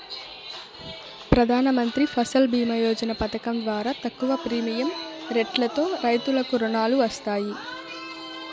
ప్రధానమంత్రి ఫసల్ భీమ యోజన పథకం ద్వారా తక్కువ ప్రీమియం రెట్లతో రైతులకు రుణాలు వస్తాయి